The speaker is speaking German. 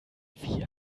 wie